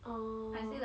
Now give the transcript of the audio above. orh